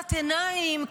מאירת עיניים,